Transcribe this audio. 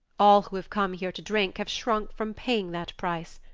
all who have come here to drink have shrunk from paying that price.